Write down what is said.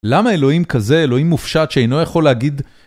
למה אלוהים כזה, אלוהים מופשט שאינו יכול להגיד